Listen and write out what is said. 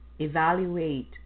evaluate